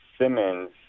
Simmons